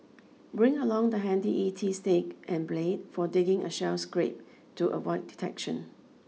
bring along the handy E T stick and blade for digging a shell scrape to avoid detection